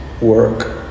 work